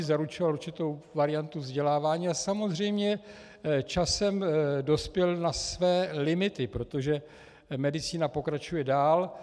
Zaručoval určitou variantu vzdělávání a samozřejmě časem dospěl na své limity, protože medicína pokračuje dál.